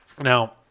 Now